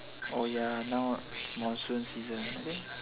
oh ya now monsoon season I think